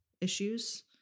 issues